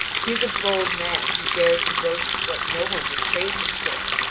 he is a bold man who dares to boast of what no one would praise him for,